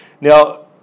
Now